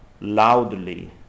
loudly